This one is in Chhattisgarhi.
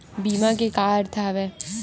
बीमा के का अर्थ हवय?